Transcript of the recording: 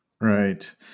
Right